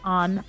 on